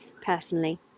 personally